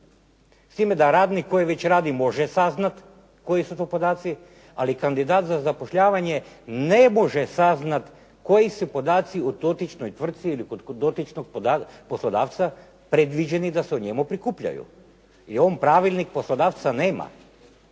s time da radnik koji već radi može saznat koji su to podaci. Ali kandidat za zapošljavanje ne može saznat koji su podaci u dotičnoj tvrtci ili dotičnog poslodavca predviđeni da se o njemu prikupljaju. I on pravilnik poslodavca nema.